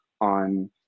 on